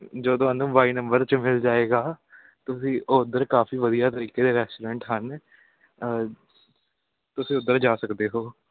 ਜੋ ਤੁਹਾਨੂੰ ਬਾਈ ਨੰਬਰ 'ਚ ਮਿਲ ਜਾਵੇਗਾ ਤੁਸੀਂ ਉੱਧਰ ਕਾਫੀ ਵਧੀਆ ਤਰੀਕੇ ਦੇ ਰੈਸਟੋਰੈਂਟ ਹਨ ਤੁਸੀਂ ਉੱਧਰ ਜਾ ਸਕਦੇ ਹੋ